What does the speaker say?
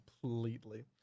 completely